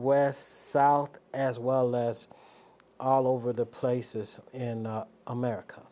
west south as well as all over the places in america